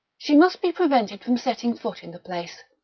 she must be prevented from setting foot in the place.